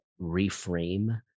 reframe